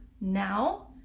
now